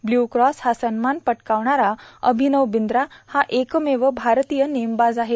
blue cross हा सन्मान पटकावणारा अभिनव बिंद्रा हा एकमेव भारतीय नेमबाज आहे